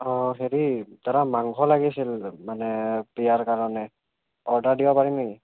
অ' হেৰি দাদা মাংস লাগিছিল মানে বিয়াৰ কাৰণে অৰ্ডাৰ দিব পাৰিম নেকি